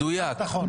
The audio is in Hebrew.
מדויק.